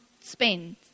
spend